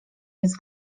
jest